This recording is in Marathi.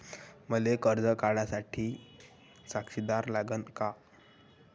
मले कर्ज काढा साठी साक्षीदार लागन का?